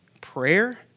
prayer